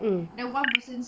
mm